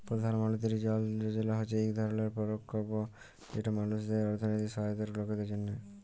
পধাল মলতিরি জল ধল যজলা হছে ইক ধরলের পরকল্প যেট মালুসের আথ্থিক সহায়তার লকদের জ্যনহে